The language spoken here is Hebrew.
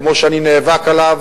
כמו שאני נאבק עליו,